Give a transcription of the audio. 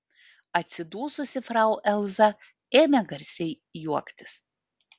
atsidususi frau elza ėmė garsiai juoktis